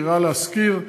"דירה להשכיר",